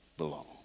belong